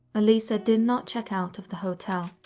elisa did not check out of the hotel,